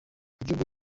igihugu